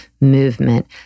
movement